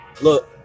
Look